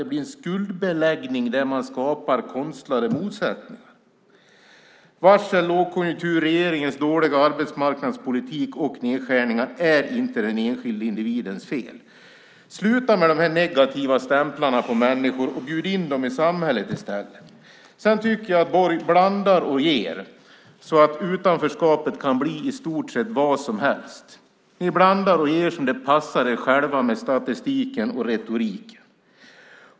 Det blir en skuldbeläggning där man skapar konstlade motsättningar. Varsel, lågkonjunktur, regeringens dåliga arbetsmarknadspolitik och nedskärningar är inte den enskilde individens fel. Sluta med de negativa stämplarna på människor och bjud in dem i samhället i stället! Sedan tycker jag att Borg blandar och ger så att utanförskapet kan bli i stor sett vad som helst. Ni blandar och ger så att det passar er själva med retoriken och statistiken.